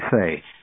say